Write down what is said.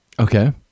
okay